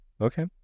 Okay